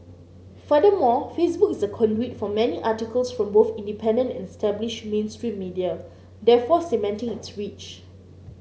furthermore Facebook is a conduit for many articles from both independent and established mainstream media therefore cementing its reach